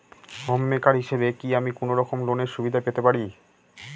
Home maker হিসেবে কি আমি কোনো রকম লোনের সুবিধা পেতে পারি?